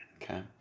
Okay